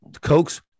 Cokes